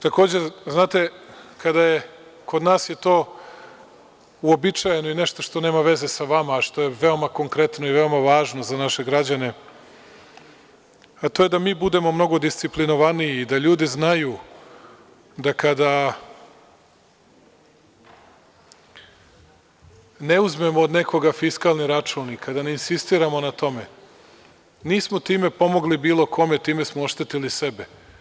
Takođe znate, kod nas je to uobičajeno i nešto što nema veze sa vama, a što je veoma konkretno i veoma važno za naše građane, to je da mi budemo mnogo disciplinovaniji i da ljudi znaju da kada ne uzmemo od nekoga fiskalni račun i kada ne insistiramo na tome, nismo time pomogli bilo kome, time smo oštetili sebe.